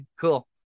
cool